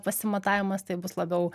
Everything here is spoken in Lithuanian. pasimatavimas tai bus labiau